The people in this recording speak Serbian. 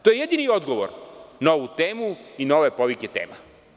To je jedini odgovor na ovu temu i na ove povike tema.